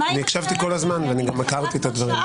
אני הקשבתי כל הזמן, אני גם הכרתי את הדברים.